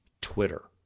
Twitter